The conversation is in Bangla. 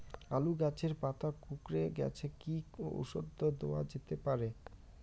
আলু গাছের পাতা কুকরে গেছে কি ঔষধ দেওয়া যেতে পারে?